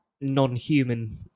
non-human